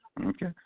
Okay